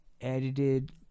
edited